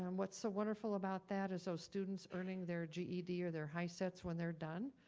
um what's so wonderful about that is so students earning their ged or their hisets when they're done.